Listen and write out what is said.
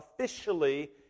officially